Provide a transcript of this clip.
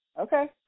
Okay